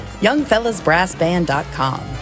youngfellasbrassband.com